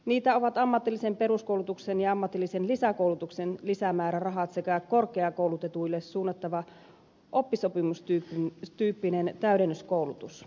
niitä ovat ammatillisen peruskoulutuksen ja ammatillisen lisäkoulutuksen lisämäärärahat sekä korkeakoulutetuille suunnattava oppisopimustyyppinen täydennyskoulutus